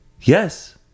Yes